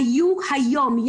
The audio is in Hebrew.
היו היום,